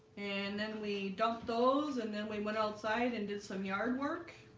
and then we dumped those and then we went outside and did some yard work